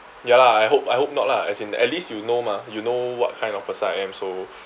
ya lah I hope I hope not lah as in at least you know mah you know what kind of person I am so